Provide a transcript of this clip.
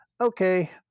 okay